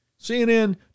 CNN